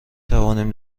توانیم